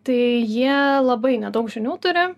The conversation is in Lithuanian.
tai jie labai nedaug žinių turi